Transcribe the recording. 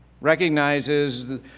Recognizes